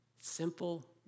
simple